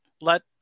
Let